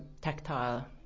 tactile